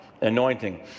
anointing